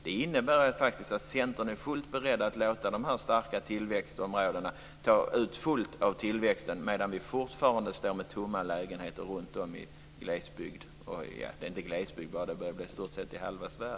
Det innebär faktiskt att Centern är beredd att låta de starka tillväxtområdena fullt ut ta ut vinsten av tillväxten, medan inte bara glesbygden utan i stort sett halva Sverige fortfarande står med tomma lägenheter.